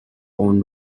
own